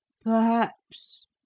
Perhaps